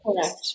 Correct